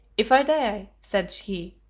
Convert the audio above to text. if i die, said he,